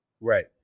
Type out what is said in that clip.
Right